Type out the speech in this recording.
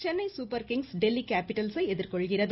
Chennai super kings Delhi கேப்பிட்டல்சை எதிர்கொள்கிறது